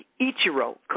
Ichiro